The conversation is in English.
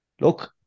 look